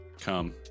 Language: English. Come